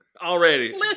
already